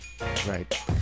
Right